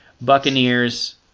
Buccaneers